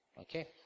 Okay